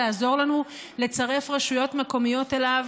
לעזור לנו לצרף רשויות מקומיות אליו.